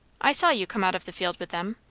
i saw you come out of the field with them.